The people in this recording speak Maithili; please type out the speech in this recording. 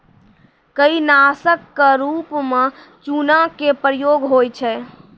काई नासक क रूप म चूना के प्रयोग होय छै